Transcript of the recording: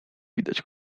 widać